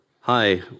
hi